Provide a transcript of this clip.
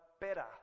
better